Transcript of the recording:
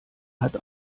hat